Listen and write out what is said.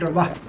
lot